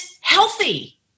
healthy